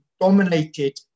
dominated